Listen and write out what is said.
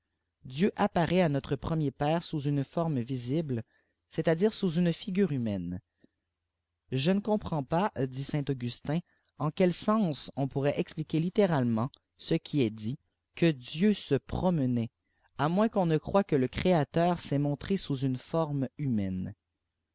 sien apparaît à note prpmier père sous uhe forme visible cest àâire sous une figure humaine le ne comprends pas dit saint augustin en niel sens on pourrait expliquer littéralement ce qui est djt qaéj ieu se promenait à moins qu on ne croie que leréateur s'est montré sous une fonhe humaine